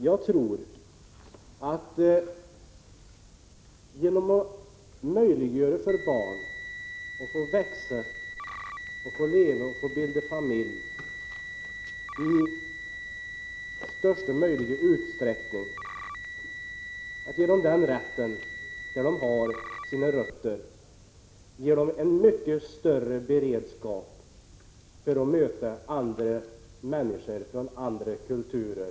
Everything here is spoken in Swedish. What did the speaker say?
Jag tror att man genom att möjliggöra för barn att få växa, leva och bilda familj där de har sina rötter ger dem en mycket större beredskap att möta andra människor från andra kulturer.